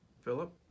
Philip